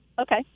Okay